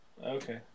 Okay